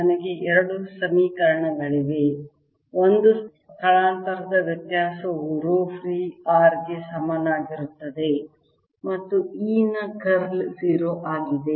ನನಗೆ ಎರಡು ಸಮೀಕರಣಗಳಿವೆ ಒಂದು ಸ್ಥಳಾಂತರದೊಂದಿಗೆ ಸ್ಥಳಾಂತರದ ವ್ಯತ್ಯಾಸವು ರೋ ಫ್ರೀ r ಗೆ ಸಮನಾಗಿರುತ್ತದೆ ಮತ್ತು E ನ ಕರ್ಲ್ 0 ಆಗಿದೆ